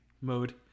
mode